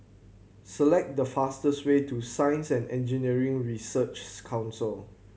select the fastest way to Science and Engineering Researches Council